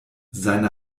seine